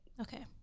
Okay